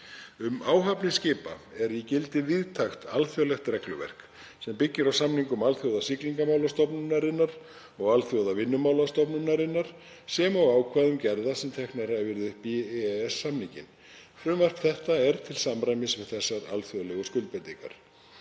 Um áhafnir skipa er í gildi víðtækt alþjóðlegt regluverk sem byggir á samningum Alþjóðasiglingamálastofnunarinnar og Alþjóðavinnumálastofnunarinnar, sem og ákvæðum gerða sem teknar hafa verið upp í EES-samninginn. Frumvarp þetta er til samræmis við þessar alþjóðlegu skuldbindingar.